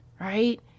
right